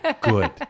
good